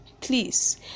please